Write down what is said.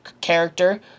character